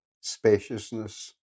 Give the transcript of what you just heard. spaciousness